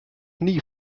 nie